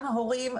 גם הורים,